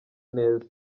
neza